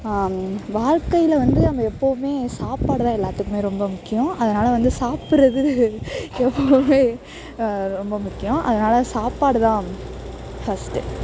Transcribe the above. வாழ்க்கையில் வந்து நம்ப எப்பவுமே சாப்பாடுதான் எல்லாத்துக்குமே ரொம்ப முக்கியம் அதனால் வந்து சாப்பிட்றது எப்பவுமே ரொம்ப முக்கியம் அதனால் சாப்பாடுதான் ஃபஸ்ட்